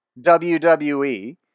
WWE